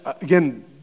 again